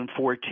2014